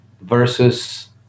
versus